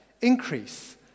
increase